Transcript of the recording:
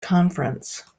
conference